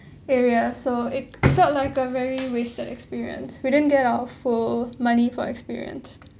area so it felt like a very wasted experience we didn't get our full money for experience